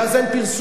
ואז אין פרסום,